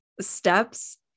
steps